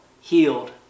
healed